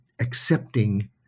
accepting